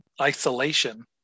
isolation